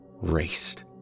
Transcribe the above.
raced